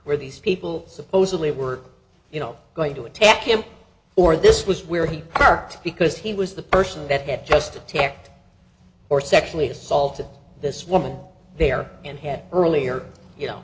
where these people supposedly work you know going to attack him or this was where he parked because he was the person that had just attacked or sexually assaulted this woman there and had earlier you know